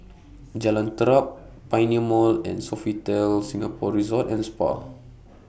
Jalan Terap Pioneer Mall and Sofitel Singapore Resort and Spa